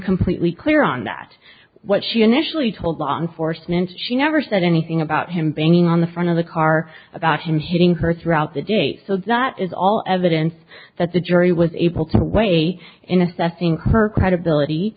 completely clear on that what she initially told law enforcement she never said anything about him banging on the front of the car about him hitting her throughout the day so that is all evidence that the jury was able to weigh in assessing her credibility